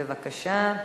בבקשה.